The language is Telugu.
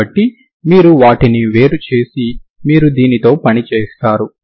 కాబట్టి మీరు వాటిని వేరు చేసి మీరు దీనితో పని చేస్తారు